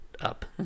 up